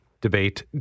debate